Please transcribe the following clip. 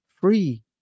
Free